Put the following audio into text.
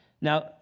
Now